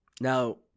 Now